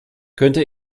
könnte